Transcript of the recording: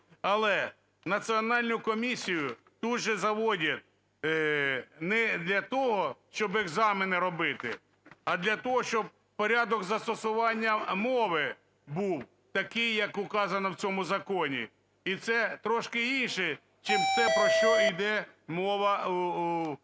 Але національну комісію тут же заводять не для того, щоб екзамени робити, а для того, щоб порядок застосування мови був такий як указано в цьому законі. І це трошки інше чим те, про що йде мова у висловах